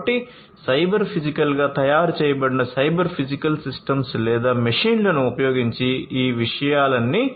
కాబట్టి cyber physical గా తయారు చేయబడిన సైబర్ ఫిజికల్ సిస్టమ్స్ లేదా మెషీన్లను ఉపయోగించి ఈ విషయాలన్నీ చేయవచ్చు